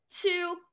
two